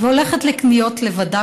הולכת לקניות לבדה,